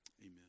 Amen